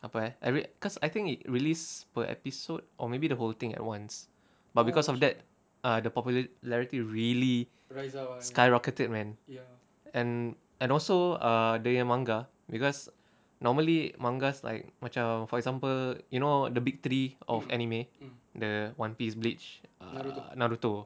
apa eh I read cause I think it release per episode or maybe the whole thing at once but because of that ah the popularity really skyrocketed man and and also err dia nya manga because normally mangas like macam for example you know the big three of anime the one piece bleach uh naruto